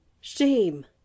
Shame